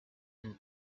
and